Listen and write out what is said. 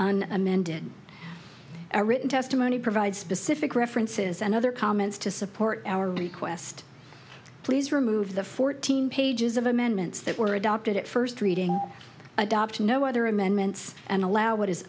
amended or written testimony provide specific references and other comments to support our request please remove the fourteen pages of amendments that were adopted at first reading adopt no other amendments and allow what is